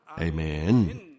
Amen